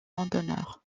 randonneur